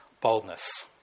boldness